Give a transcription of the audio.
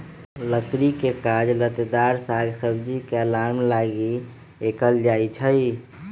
लकड़ी के काज लत्तेदार साग सब्जी के अलाम लागी कएल जाइ छइ